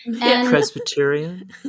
Presbyterian